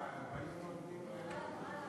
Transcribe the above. כמה זמן יש לי, גברתי?